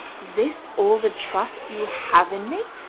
is this all the trust you have in me?